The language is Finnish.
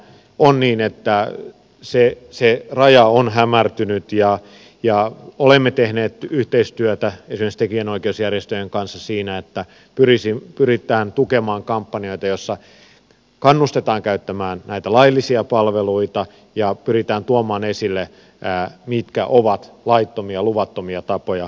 on niin että se raja on hämärtynyt ja olemme tehneet yhteistyötä esimerkiksi tekijänoikeusjärjestöjen kanssa siinä että pyritään tukemaan kampanjoita joissa kannustetaan käyttämään näitä laillisia palveluita ja pyritään tuomaan esille mitkä ovat laittomia luvattomia tapoja toimia